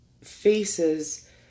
faces